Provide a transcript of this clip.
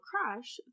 crash